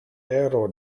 ero